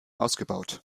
ausgebaut